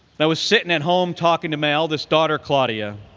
i was sitting at home talking to my eldest daughter, claudia,